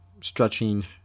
stretching